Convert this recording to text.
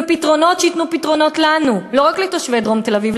ופתרונות שייתנו פתרונות לנו ולא רק לתושבי דרום תל-אביב,